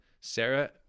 Sarah